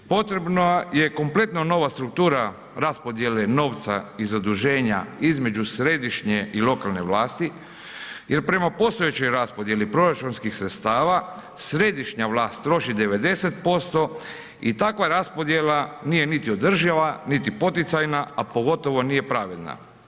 Potrebna je kompletno nova struktura raspodijele novca i zaduženja između središnje i lokalne vlasti jer prema postojećoj raspodijeli proračunskih sredstava, središnja vlast troši 90% i takva raspodjela nije niti održiva niti poticajna, a pogotovo nije pravilna.